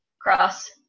cross